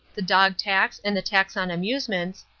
the dog tax and the tax on amusements,